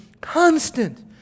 constant